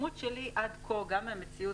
מההתרשמות שלי עד כה, גם מהמציאות,